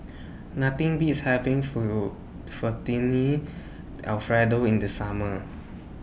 Nothing Beats having fill Fettuccine Alfredo in The Summer